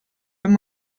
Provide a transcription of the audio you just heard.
wenn